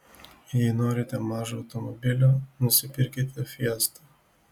jei norite mažo automobilio nusipirkite fiesta